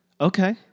Okay